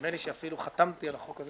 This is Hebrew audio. נדמה לי שאפילו אני חתמתי על החוק הזה